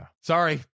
Sorry